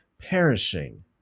perishing